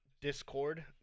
discord